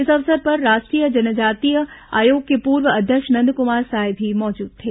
इस अवसर पर राष्ट्रीय जनजातीय आयोग के पूर्व अध्यक्ष नंदकुमार साय भी मौजूद थे